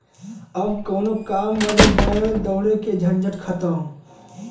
अब कउनो काम बदे बैंक दौड़े के झंझटे खतम